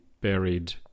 buried